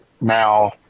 Now